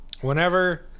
Whenever